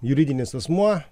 juridinis asmuo